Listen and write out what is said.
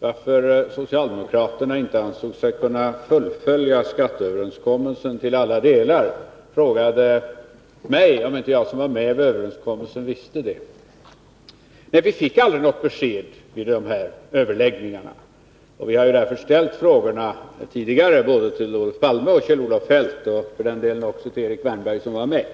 varför socialdemokraterna inte ansåg sig kunna fullfölja överenskommelsen till alla delar, i sin tur frågade mig om inte jag som var med om överenskommelsen visste det. Vi fick aldrig något besked vid överläggningarna. Vi har därför ställt frågor tidigare till både Olof Palme och Kjell-Olof Feldt och för den delen också till Erik Wärnberg, som var med.